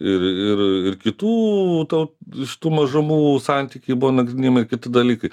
ir ir ir kitų to iš tų mažumų santykiai buvo nagrinėjami ir kiti dalykai